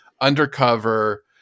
undercover